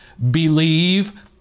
believe